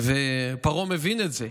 פרעה מבין את זה.